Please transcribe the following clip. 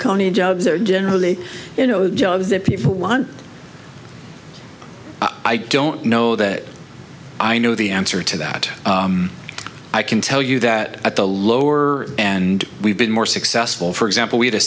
county jobs are generally you know jobs that people want i don't know that i know the answer to that i can tell you that at the lower and we've been more successful for example we had a